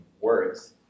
words